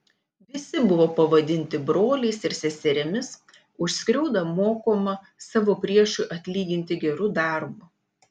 visi buvo pavadinti broliais ir seserimis už skriaudą mokoma savo priešui atlyginti geru darbu